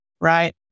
right